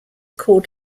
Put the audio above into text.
called